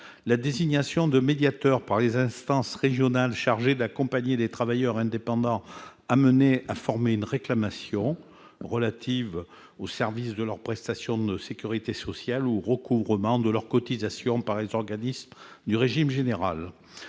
la désignation, par les instances régionales, d'un médiateur chargé d'accompagner les travailleurs indépendants et de les aider à former une réclamation relative au service de leurs prestations de sécurité sociale ou au recouvrement de leurs cotisations par les organismes du régime général.